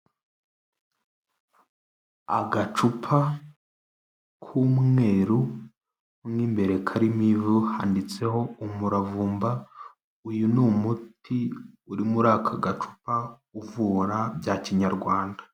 Agacupa k'umweru mu imbere karimo ivu handitseho umuravumba, uyu ni umuti uri muri aka gacupa uvura bya kinyarwanda.